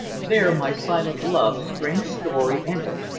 there my silent love's strange story ended.